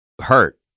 hurt